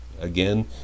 Again